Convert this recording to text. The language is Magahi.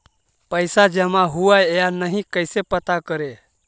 पैसा जमा हुआ या नही कैसे पता करे?